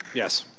yes.